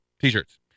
t-shirts